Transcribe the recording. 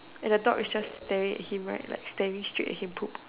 and the dog is just staring at him right like staring straight at him poop